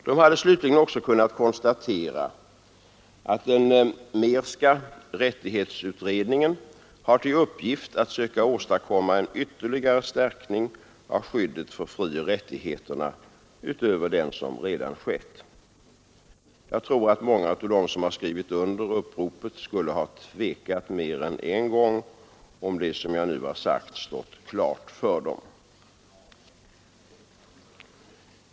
De hade slutligen också kunnat konstatera att den Mehrska rättighetsutredningen har till uppgift att söka åstadkomma en ytterligare stärkning av skyddet för frioch rättigheterna utöver den som redan skett. Jag tror att många av dem som skrivit under uppropet skulle ha tvekat mer än en gång om det som jag nu sagt stått klart för dem.